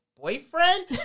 boyfriend